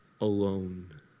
alone